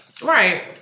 Right